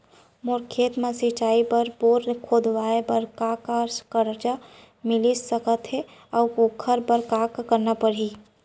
मोर खेत म सिंचाई बर बोर खोदवाये बर का का करजा मिलिस सकत हे अऊ ओखर बर का का करना परही?